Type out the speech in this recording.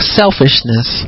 selfishness